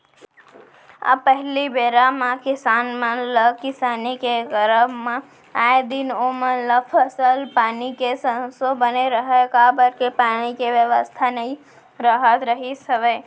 पहिली बेरा म किसान मन ल किसानी के करब म आए दिन ओमन ल फसल पानी के संसो बने रहय काबर के पानी के बेवस्था नइ राहत रिहिस हवय